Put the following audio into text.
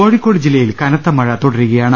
കോഴിക്കോട് ജില്ലയിൽ കനത്ത മഴ തുടരുകയാണ്